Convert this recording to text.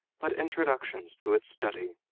but introductions to its study.